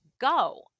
go